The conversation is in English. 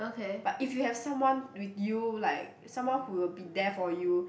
but if you have someone with you like someone who will be there for you